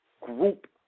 group